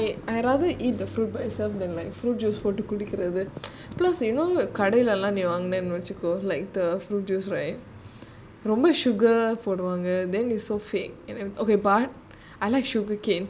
ya I I rather eat the fruit itself rather than fruit போட்டுகொடுக்குறது:potu kodukurathu plus you know கடைலலாம்நீவாங்குனனுவச்சிக்க:kadailalam nee vangunanu vachika like the fruit juice right sugar போடுவாங்க:poduvanga I like sugar cane